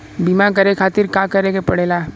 बीमा करे खातिर का करे के पड़ेला?